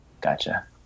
Gotcha